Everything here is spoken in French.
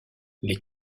les